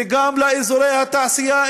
וגם לאזורי התעשייה,